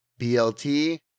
BLT